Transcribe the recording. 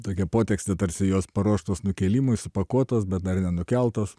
tokia potekstė tarsi jos paruoštos nukėlimui supakuotos bet dar nenukeltos